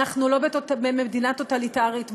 אנחנו לא במדינה טוטליטרית,